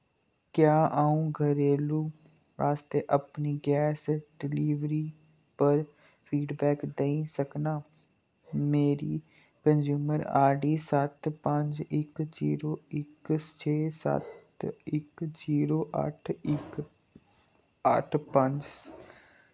क्या अ'ऊं घरेलू आस्तै अपनी गैस डलीवरी पर फीडबैक देई सकनां मेरी कंज्यूमर आईडी सत्त पंज इक जीरो इक छे सत्त इक जीरो अट्ठ इक अट्ठ पंज